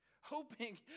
hoping